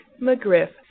McGriff